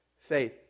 Faith